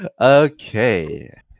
Okay